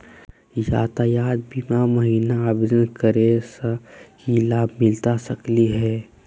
यातायात बीमा महिना आवेदन करै स की लाभ मिलता सकली हे?